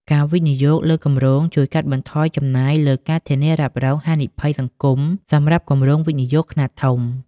ការវិនិយោគលើសហគមន៍ជួយកាត់បន្ថយចំណាយលើការធានារ៉ាប់រងហានិភ័យសង្គម សម្រាប់គម្រោងវិនិយោគខ្នាតធំ។